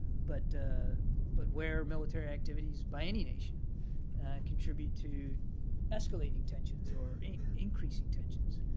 but but where military activities by any nation contribute to escalating tensions or increasing tensions,